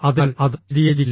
അതിനാൽ അതും ശരിയായിരിക്കില്ല